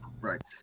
right